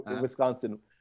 Wisconsin